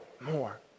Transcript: more